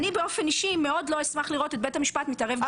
באופן אישי אני מאוד לא אשמח לראות את בית המשפט מתערב בהחלטה של ועדה.